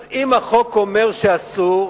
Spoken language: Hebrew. אז אם החוק אומר שאסור,